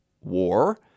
war